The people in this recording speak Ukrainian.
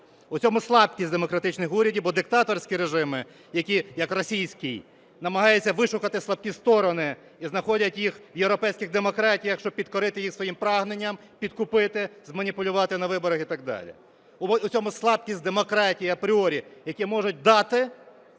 У цьому слабкість демократичних урядів, бо диктаторські режими, які, як російський, намагаються вишукати слабкі сторони і знаходять їх в європейських демократіях, щоб підкорити їх своїм прагненням підкупити, зманіпулювати на виборах і так далі. У цьому слабкість демократії апріорі, яка може дати,